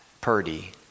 Purdy